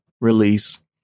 release